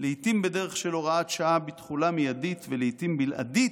לעיתים בדרך של הוראת שעה בתחולה מיידית (ולעיתים בלעדית)